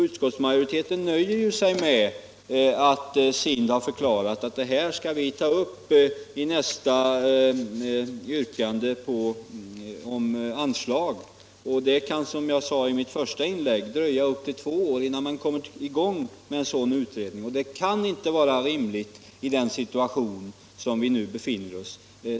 Utskottsmajoriteten nöjer sig med förklaringen att detta skall tas upp i nästa yrkande om anslag. Det kan, som jag sade i mitt första inlägg, dröja två år innan man kommer i gång med en sådan utredning. Detta kan inte vara rimligt i nuvarande situation.